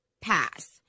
pass